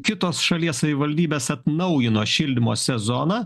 kitos šalies savivaldybės atnaujino šildymo sezoną